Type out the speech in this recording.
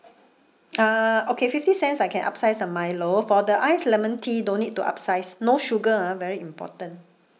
uh okay fifty cents I can upsize the milo for the iced lemon tea don't need to upsize no sugar ah very important